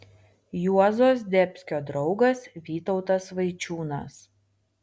juozo zdebskio draugas vytautas vaičiūnas